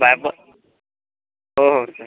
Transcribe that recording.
बायप हो हो सर